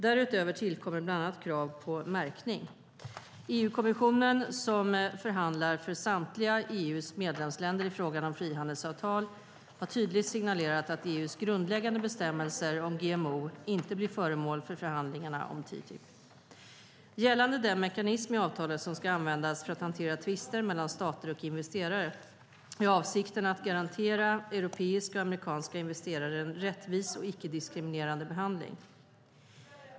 Därutöver tillkommer bland annat krav på märkning. EU-kommissionen, som förhandlar för samtliga EU:s medlemsländer i frågan om frihandelsavtal, har tydligt signalerat att EU:s grundläggande bestämmelser om GMO inte blir föremål för förhandlingarna om TTIP. Gällande den mekanism i avtalet som ska användas för att hantera tvister mellan stater och investerare är avsikten att garantera europeiska och amerikanska investerare en rättvis och icke-diskriminerande behandling.